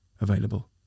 available